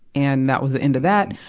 and, that was the end of that.